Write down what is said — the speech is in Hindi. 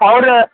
और